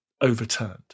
overturned